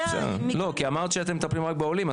לא כי אמרת שאתם מטפלים רק בעולים,